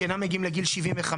שאינם מגיעים לגיל 75,